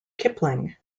kipling